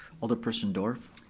alderperson dorff?